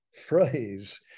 phrase